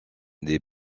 des